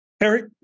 Eric